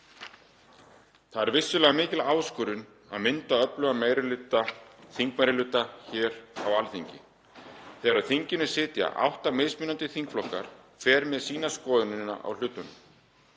Það er vissulega mikil áskorun að mynda öflugan meiri hluta, þingmeirihluta, hér á Alþingi þegar á þinginu sitja átta mismunandi þingflokkar, hver með sína skoðun á hlutunum